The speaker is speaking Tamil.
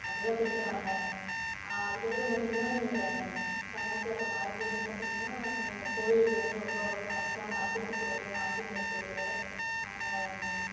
அதைதான் பேசுகிறாங்க அதுக்கப்புறம் பார்த்தீங்கனா இங்கே கலாச்சாரம் மரபுன்னு பார்த்தீங்கனா இங்கே கோவில் வந்து ரொம்ப ஃபேமஸாக நரசிம்மர் கோவிலு ஆஞ்சிநேயர் கோவிலு நாங்கள்